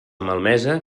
malmesa